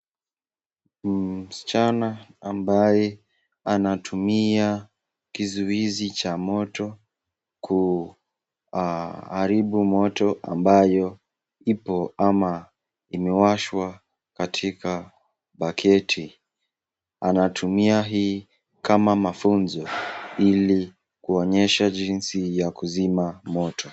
Msichana ambaye anatumia kizuizi cha moto kuharibu moto ambayo ipo ama imewashwa katika baketi. Anatumia hii kama mafunzo, ili kuonyesha jinsi ya kuzima moto.